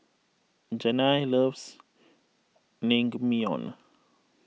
Janay loves Naengmyeon